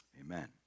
Amen